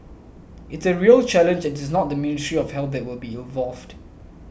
it's a real challenge and it's not the Ministry of Health will be involved